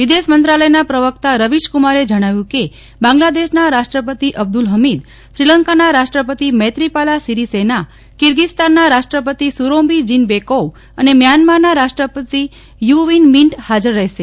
વિદેશ મંત્રાલયના પ્રવકતા રવીશકુમારે જણાવ્યું કે બાંગ્લાદેશના રાષ્ટ્રપતિ અબ્દ્ધલ હમીદ શ્રીલંકાના રાષ્ટ્રપતિ મૈત્રીપાલા સિરિસેના કીર્ગીસ્તાનના રાષ્ટ્રપતિ સૂરોંબે જીનબેકોવ અને મ્યાંમારના રાષ્ટ્રપતિ યુ વીન મ્યીન્ટ હાજર રહેશે